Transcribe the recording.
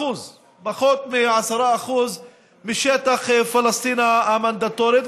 מ-10% משטח פלסטין המנדטורית.